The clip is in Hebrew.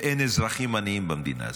ואין אזרחים עניים במדינה הזאת.